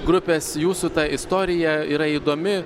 grupės jūsų ta istorija yra įdomi